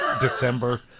December